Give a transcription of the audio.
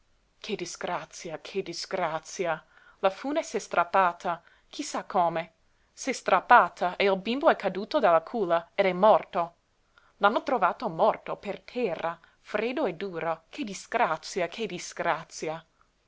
che disgrazia che disgrazia la fune s'è strappata chi sa come s'è strappata e il bimbo è caduto dalla culla ed è morto l'hanno trovato morto per terra freddo e duro che disgrazia che disgrazia